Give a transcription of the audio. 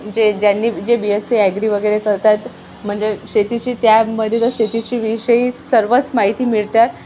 जे ज्यांनी जे बी एससी ॲग्री वगैरे करत आहेत म्हणजे शेतीशी त्यामध्ये तर शेतीशी विषयी सर्वच माहिती मिळतात